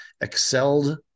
excelled